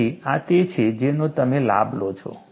તેથી આ તે છે જેનો તમે લાભ લો છો